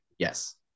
yes